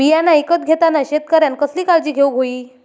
बियाणा ईकत घेताना शेतकऱ्यानं कसली काळजी घेऊक होई?